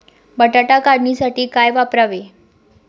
बटाटा काढणीसाठी काय वापरावे?